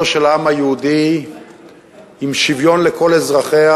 של העם היהודי עם שוויון לכל אזרחיה,